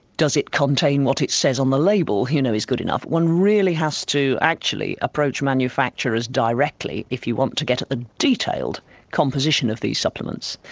does it contain what it says on the label, you know is good enough. one really has to actually approach manufacturers directly if you want to get at the detailed composition of these supplements.